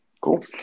Cool